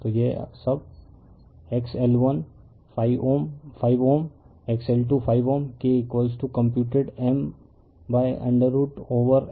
तो यह सब X L15Ω XL25Ω K computed M √ over L1L2 पर सब कुछ दिया गया है